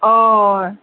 होय